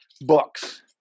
books